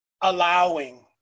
allowing